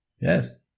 Yes